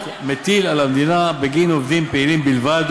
מטיל על המדינה בגין עובדים פעילים בלבד